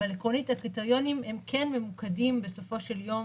אבל עקרונית הקריטריונים הם כן ממוקדים בסופו של יום